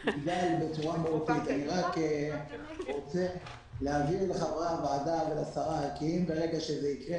אני רוצה להבהיר לחברי הוועדה ולשרה שברגע שזה יקרה